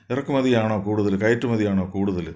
ഇറക്കുമതിയാണോ കൂടുതൽ കയറ്റുമതിയാണോ കൂടുതൽ